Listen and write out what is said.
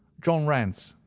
john rance,